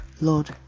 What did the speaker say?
Lord